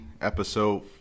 episode